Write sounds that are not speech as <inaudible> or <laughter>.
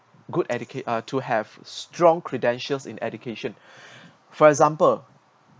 good educate uh to have strong credentials in education <breath> for example